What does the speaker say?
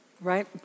right